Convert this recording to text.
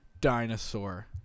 dinosaur